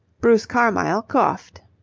bruce carmyle coughed.